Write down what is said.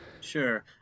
sure